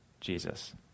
Jesus